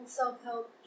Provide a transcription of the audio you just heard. self-help